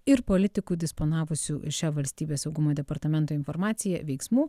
ir politikų disponavusių šia valstybės saugumo departamento informacija veiksmų